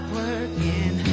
working